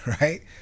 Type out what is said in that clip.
right